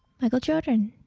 michael jordan